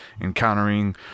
encountering